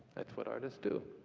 that's what artists do.